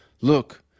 look